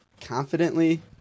confidently